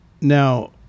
Now